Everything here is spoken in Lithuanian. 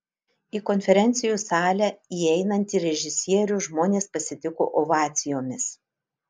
į konferencijų salę įeinantį režisierių žmonės pasitiko ovacijomis